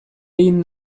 egin